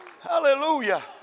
Hallelujah